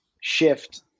shift